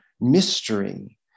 mystery